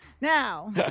Now